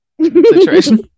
situation